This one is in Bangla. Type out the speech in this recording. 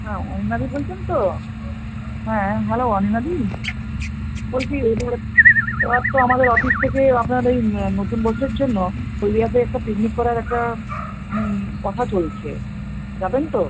হ্যাঁ অনিমাদি বলছেন তো হ্যাঁ হ্যালো অনমাদি বলছি এবার এবার তো আমাদের অফিস থেকে আপনার ওই নতুন বছরের জন্য হলদিয়াতে একটা পিকনিক করার একটা কথা চলছে যাবেন তো